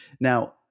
Now